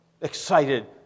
excited